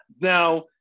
Now